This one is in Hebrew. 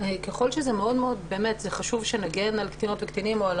זה חשוב שנגן על קטינות וקטינים או על